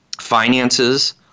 finances